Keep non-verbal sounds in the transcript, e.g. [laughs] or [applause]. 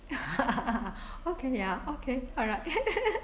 [laughs] okay ya okay alright [laughs]